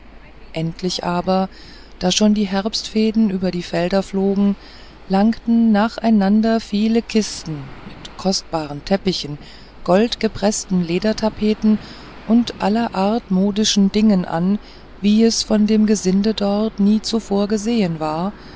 endlich aber da schon die herbstfäden über die felder flogen langten nacheinander viele kisten mit kostbaren teppichen goldgepreßten ledertapeten und allerart modischen dingen an wie es von dem gesinde dort nie zuvor gesehen war